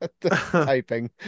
typing